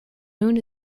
moon